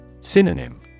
Synonym